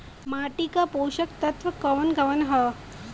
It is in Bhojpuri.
माटी क पोषक तत्व कवन कवन ह?